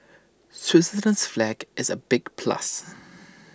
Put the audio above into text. Switzerland's flag is A big plus